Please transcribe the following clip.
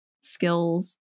skills